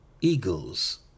Eagles